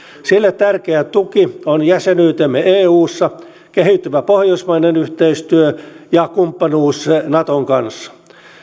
sille tärkeä tuki on jäsenyytemme eussa kehittyvä pohjoismainen yhteistyö ja kumppanuus naton kanssa